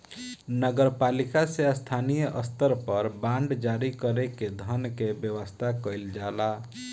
नगर पालिका से स्थानीय स्तर पर बांड जारी कर के धन के व्यवस्था कईल जाला